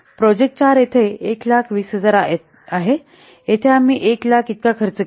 project 4 येथे सुमारे 120000 आहे येथे आम्ही 100000 इतका किती खर्च केला